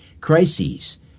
crises